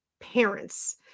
parents